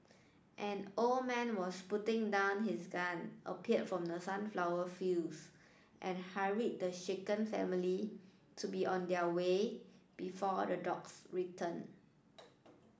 an old man was putting down his gun appeared from the sunflower fields and hurried the shaken family to be on their way before the dogs return